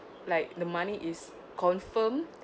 like the money is confirm